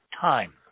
time